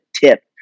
tip